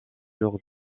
lors